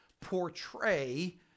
portray